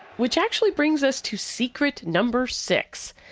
which actually brings us to secret number six.